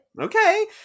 okay